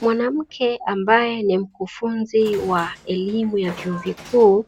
Mwanamke ambaye ni mkufunzi wa elimu ya vyuo vikuu,